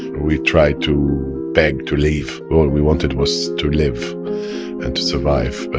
we tried to beg to leave, all we wanted was to live and to survive, ah